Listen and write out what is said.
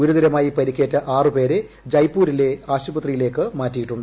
ഗുരുതരമായി പരിക്കേറ്റ ആറ് പേരെ ജയ്പൂരിലെ ആശുപത്രിയിലേക്ക് മാറ്റിയിട്ടുണ്ട്